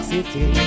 City